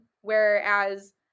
whereas